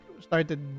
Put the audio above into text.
started